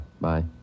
Bye